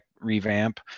revamp